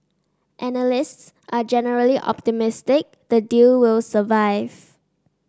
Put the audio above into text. analysts are generally optimistic the deal will survive